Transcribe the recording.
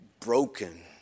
Broken